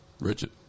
Richard